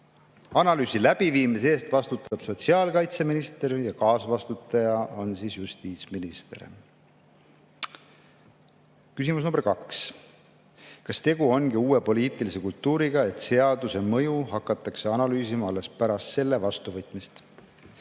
Analüüsi läbiviimise eest vastutab sotsiaalkaitseminister ja kaasvastutaja on justiitsminister. Küsimus nr 2: kas tegu ongi uue poliitilise kultuuriga, et seaduse mõju hakatakse analüüsima alles pärast selle vastuvõtmist?